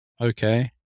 okay